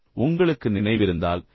இப்போது உங்களுக்கு நினைவிருந்தால் ஏ